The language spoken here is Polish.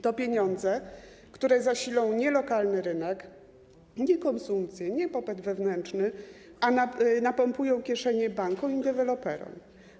To pieniądze, które zasilą nie lokalny rynek, nie konsumpcję, nie popyt wewnętrzny, a napompują kieszenie bankom i deweloperom.